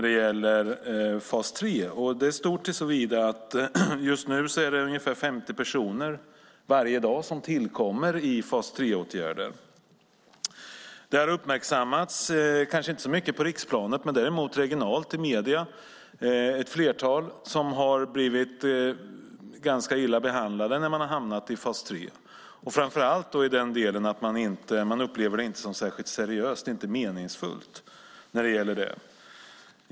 Det är stort såtillvida att det just nu är ungefär 50 personer som tillkommer i fas 3-åtgärder varje dag. Ett flertal som har blivit ganska illa behandlade när de har hamnat i fas 3 har uppmärksammats i medierna, kanske inte så mycket på riksplanet men däremot regionalt. Framför allt gäller det att man inte upplever det som särskilt seriöst - det är inte meningsfullt.